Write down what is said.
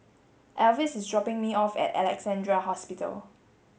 Elvis is dropping me off at Alexandra Hospital